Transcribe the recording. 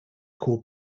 called